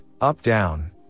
up-down